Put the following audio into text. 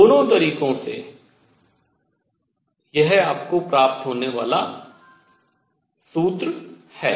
दोनों तरीकों से यह आपको प्राप्त होने वाला सूत्र है